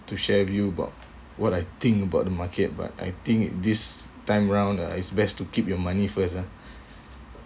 to share view about what I think about the market but I think this time round uh it's best to keep your money first lah